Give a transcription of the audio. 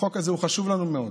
הזה חשוב לנו מאוד,